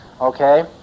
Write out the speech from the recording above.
Okay